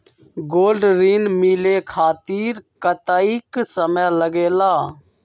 Gold ऋण मिले खातीर कतेइक समय लगेला?